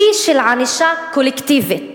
כלי של ענישה קולקטיבית,